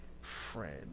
friend